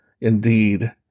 indeed